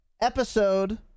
episode